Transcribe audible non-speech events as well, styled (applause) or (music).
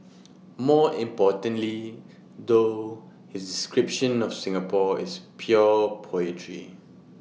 (noise) more importantly though his description of Singapore is pure poetry